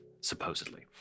supposedly